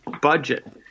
budget